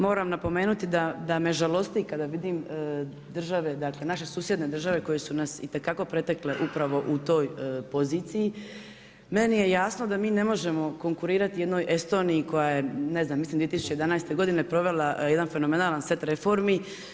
Moram napomenuti da me žalosti kada vidim države, dakle naše susjedne države koje su nas itekako pretekle upravo u toj poziciji meni je jasno da mi ne možemo konkurirati jednoj Estoniji koja je ne znam mislim 2011. godine provela jedan fenomenalan set reformi.